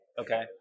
Okay